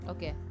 Okay